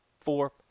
four